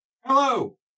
Hello